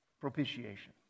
Propitiation